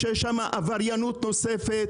שיש שם עבריינות נוספת,